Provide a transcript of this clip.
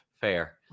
Fair